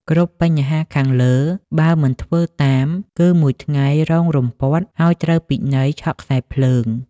គ្រប់បញ្ជាខាងលើ បើមិនធ្វើតាម គឺមួយថ្ងៃរងរំពាត់ ហើយត្រូវពិន័យឆក់ខ្សែរភ្លើង។